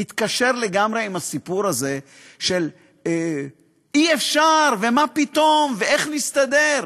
מתקשר לגמרי עם הסיפור הזה של "אי-אפשר" ו"מה פתאום" ו"איך נסתדר".